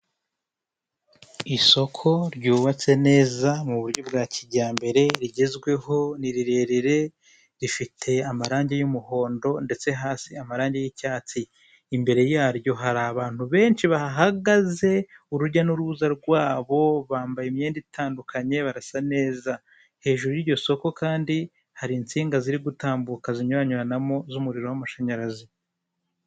Isoko ryubatse neza mu buryo bwa kijyambere rigezweho, ni rirerire rifite amarangi y'umuhondo ndetse hasi amarangi y'icyatsi. Imbere yaryo hari abantu benshi bahahagaze urujya n'uruza rwabo bambaye imyenda itandukanye barasa neza, hejuru y'iryo soko kandi hari insinga ziri gutambuka zinyuranyuranamo z'umuriro w'amashanyarazi.